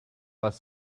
was